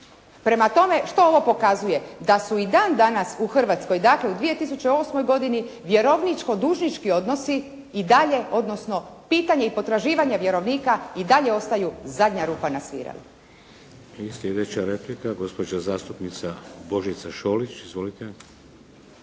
Prema tome, što ovo pokazuje? Da su i dan danas u Hrvatskoj, dakle u 2008. godini vjerovničko-dužnički odnosi i dalje odnosno pitanje i potraživanje vjerovnika i dalje ostaju zadnja rupa na svirali.